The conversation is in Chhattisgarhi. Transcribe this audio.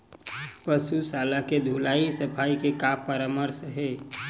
पशु शाला के धुलाई सफाई के का परामर्श हे?